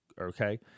okay